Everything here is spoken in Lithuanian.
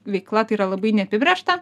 veikla tai yra labai neapibrėžta